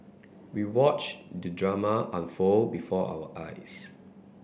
we watched the drama unfold before our eyes